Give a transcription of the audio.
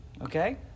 Okay